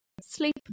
sleep